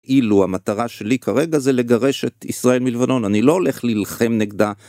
אילו המטרה שלי כרגע זה לגרש את ישראל מלבנון, אני לא הולך להילחם נגדה.